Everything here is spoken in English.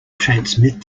transmit